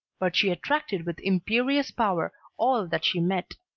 but she attracted with imperious power all that she met.